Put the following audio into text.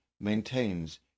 maintains